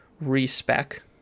respec